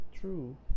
true